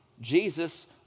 Jesus